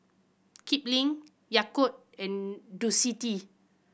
Kipling Yakult and Ducati